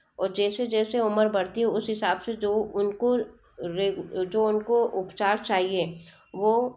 और जैसे जैसे उम्र बढ़ती है उस हिसाब से जो उनको रे जो उनको उपचार चाहिए वह